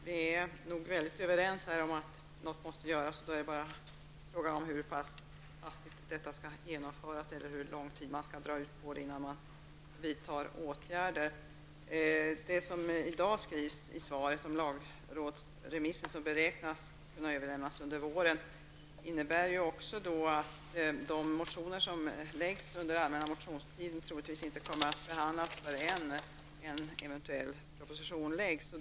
Herr talman! Vi är överens om att någonting måste göras. Frågan är bara hur pass hastigt allt skall genomföras eller hur lång tid man kan dra ut på det innan vi vidtar åtgärder. Det som i dag skrivs i svaret om lagrådsremiss, som beräknas kunna lämnas under våren, innebär att de motioner som väckts under den allmänna motionstiden troligtvis inte kommer att behandlas förrän en eventuell proposition läggs fram.